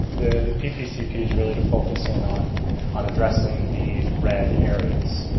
the ppcp is really to focus in on on addressing these red areas.